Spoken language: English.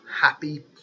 happy